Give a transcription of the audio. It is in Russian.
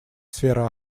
сфера